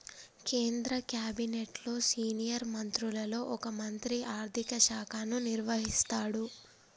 కేంద్ర క్యాబినెట్లో సీనియర్ మంత్రులలో ఒక మంత్రి ఆర్థిక శాఖను నిర్వహిస్తాడు